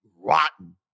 rotten